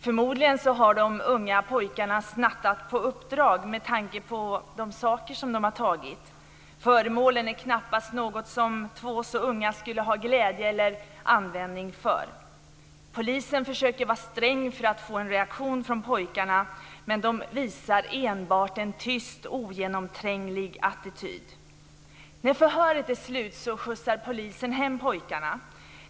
Förmodligen har de unga pojkarna snattat på uppdrag, med tanke på de saker de tagit. Föremålen är knappast något som två så unga skulle ha glädje av eller användning för. Polisen försöker vara sträng för att få en reaktion från pojkarna, men de visar enbart en tyst ogenomtränglig attityd. När förhöret är avslutat skjutsar polisen hem de båda pojkarna.